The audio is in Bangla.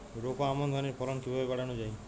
রোপা আমন ধানের ফলন কিভাবে বাড়ানো যায়?